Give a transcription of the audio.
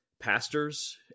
pastors